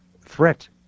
threat